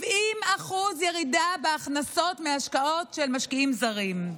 70% ירידה בהכנסות מהשקעות של משקיעים זרים.